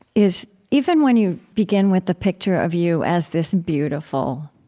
is, even when you begin with the picture of you as this beautiful,